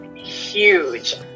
Huge